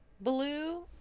blue